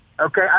Okay